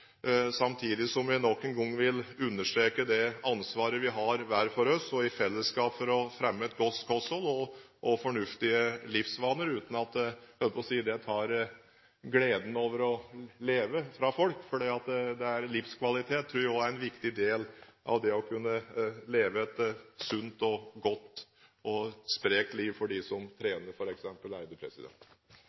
samtidig som vi nok en gang vil understreke det ansvaret vi har, hver for oss og i fellesskap, for å fremme et godt kosthold og fornuftige livsvaner – jeg holdt på å si uten at det tar fra folk gleden over å leve. For livskvalitet, tror jeg, er en viktig del av det å leve et sunt og godt, og sprekt, liv – f.eks. for dem som trener.